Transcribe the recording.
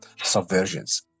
subversions